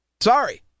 Sorry